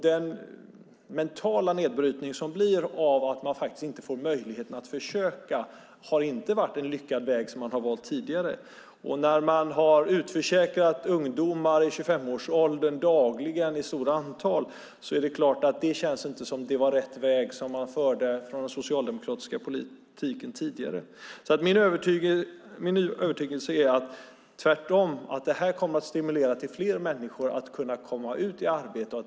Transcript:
Den mentala nedbrytning som blir av att man inte får möjlighet att försöka - det var så det var tidigare - har inte varit en lyckad väg. Den tidigare socialdemokratiska politiken innebar att man dagligen utförsäkrade ett stort antal ungdomar i 25-årsåldern, och det kändes förstås inte som rätt väg att gå. Min övertygelse är att det här kommer att stimulera fler människor till att kunna komma ut i arbete.